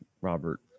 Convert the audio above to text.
Robert